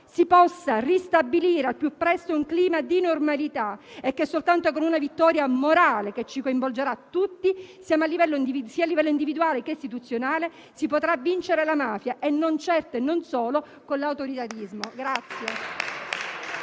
si possa ristabilire al più presto un clima di normalità e che soltanto con una vittoria morale che ci coinvolgerà tutti a livello sia individuale, che istituzionale si potrà vincere la mafia e non certo - e non solo - con l'autoritarismo.